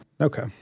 Okay